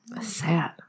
Sad